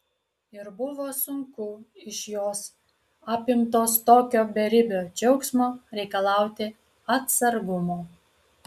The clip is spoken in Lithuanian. ir buvo sunku iš jos apimtos tokio beribio džiaugsmo reikalauti atsargumo